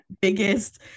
biggest